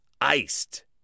Iced